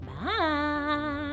Bye